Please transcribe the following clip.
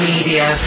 Media